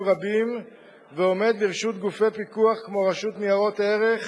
רבים ועומד לרשות גופי פיקוח כמו הרשות לניירות ערך,